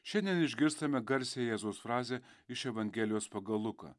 šiandien išgirstame garsią jėzaus frazę iš evangelijos pagal luką